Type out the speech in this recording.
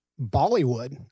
Bollywood